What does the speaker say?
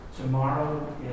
Tomorrow